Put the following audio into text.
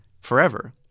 forever